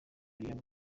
nigeria